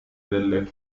delle